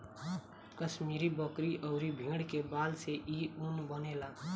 कश्मीरी बकरी अउरी भेड़ के बाल से इ ऊन बनेला